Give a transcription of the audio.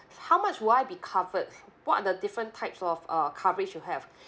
how much would I be covered what are the different types of uh coverage you have